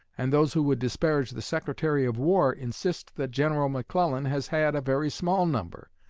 and those who would disparage the secretary of war insist that general mcclellan has had a very small number.